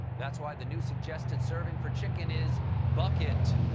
that's why the new suggested serving for chicken is bucket.